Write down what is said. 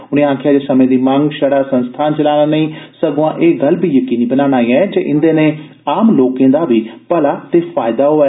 उनें आक्खेआ जे समें दी मंग छड़ा संस्थान चलाना नेई सगुआं एह गल्ल बी जकीनी बनाना ऐ जे इंदे नै आम लाकें दा बी भला ते फैयदा होऐ